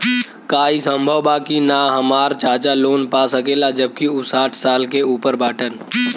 का ई संभव बा कि हमार चाचा लोन पा सकेला जबकि उ साठ साल से ऊपर बाटन?